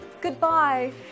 Goodbye